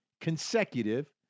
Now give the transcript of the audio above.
consecutive